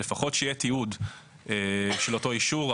לפחות שיהיה תיעוד של אותו אישור.